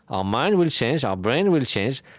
our mind will change, our brain will change.